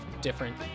different